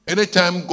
Anytime